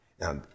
now